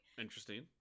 interesting